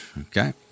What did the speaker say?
okay